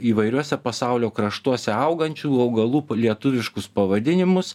įvairiuose pasaulio kraštuose augančių augalų lietuviškus pavadinimus